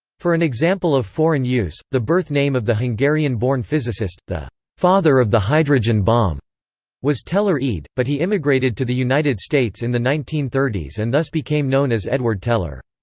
for an example of foreign use, the birth name of the hungarian-born physicist, the father of the hydrogen bomb was teller ede, but he immigrated to the united states in the nineteen thirty s and thus became known as edward teller.